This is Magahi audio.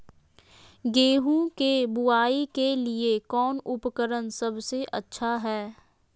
गेहूं के बुआई के लिए कौन उपकरण सबसे अच्छा है?